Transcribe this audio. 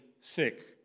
sick